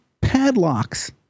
padlocks